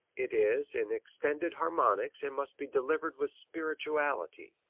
it is in extended harmonics and must be delivered with spirituality.